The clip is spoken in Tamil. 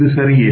இது சரியே